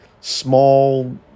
small